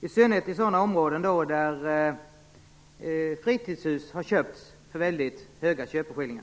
i synnerhet i sådana områden där fritidshus har köpts för väldigt höga köpeskillingar.